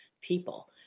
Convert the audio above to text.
people